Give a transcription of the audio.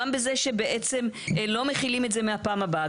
גם בזה שבעצם לא מחילים את זה מהפעם הבאה,